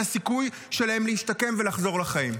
את הסיכוי שלהם להשתקם ולחזור לחיים.